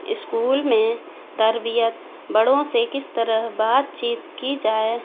school میں تربیت بڑوں سے کس طرح بات چیت کی جائے